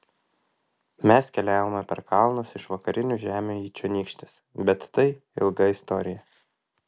mes keliavome per kalnus iš vakarinių žemių į čionykštes bet tai ilga istorija